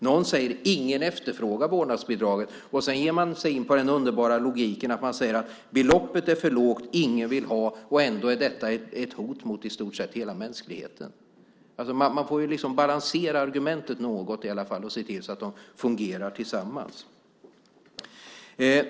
Någon säger att ingen efterfrågar vårdnadsbidraget. Sedan ger man sig in på den underbara logiken att man säger att beloppet är för lågt och att ingen vill ha det, men att detta ändå är ett hot mot i stort sett hela mänskligheten. Man får balansera argumenten något och se till att de fungerar tillsammans.